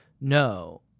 no